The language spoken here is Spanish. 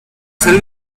ser